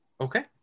Okay